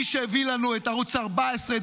מי שהביא לנו את ערוץ 14,